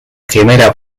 gemela